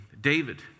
David